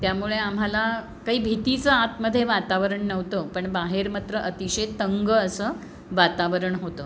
त्यामुळे आम्हाला काही भीतीचं आतमध्ये वातावरण नव्हतं पण बाहेर मात्र अतिशय तंग असं वातावरण होतं